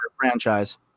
franchise